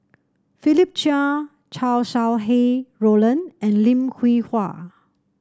Philip Chia Chow Sau Hai Roland and Lim Hwee Hua